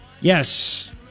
Yes